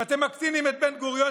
אתם מקטינים את בן-גוריון,